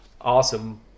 awesome